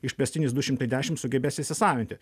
išplėstinis du šimtai dešim sugebės įsisavinti